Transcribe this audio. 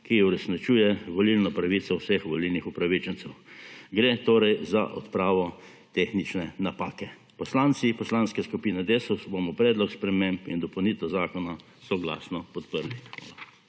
ki uresničuje volilno pravico vseh volilnih upravičencev. Gre torej za odpravo tehnične napake. Poslanci Poslanske skupine Desus bomo predlog spremembe in dopolnitev zakona soglasno podprli.